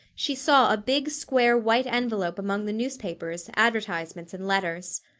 she saw a big, square white envelope among the newspapers, advertisements, and letters.